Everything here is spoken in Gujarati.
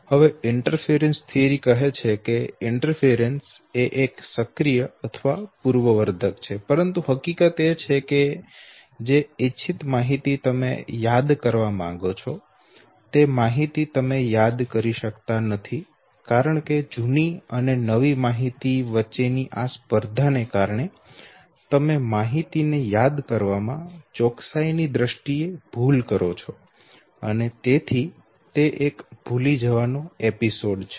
હવે દખલ થીયરી કહે છે કે દખલ એ સક્રિય અથવા પૂર્વવર્ધક છે પરંતુ હકીકત એ છે કે જે ઇચ્છિત માહિતી તમે યાદ કરવા માંગો છો તે માહિતી તમે યાદ કરી શકતા નથી કારણ કે જૂની અને નવી માહિતી વચ્ચેની આ સ્પર્ધાને કારણે તમે માહિતી ને યાદ કરવામાં ચોકસાઈની દ્રષ્ટિએ ભૂલ કરો છો અને તેથી તે એક ભૂલી જવા નો એપિસોડ છે